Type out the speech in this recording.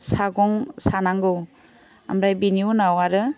सागं सानांगौ ओमफ्राय बिनि उनाव आरो